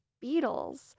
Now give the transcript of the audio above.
beetles